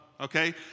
Okay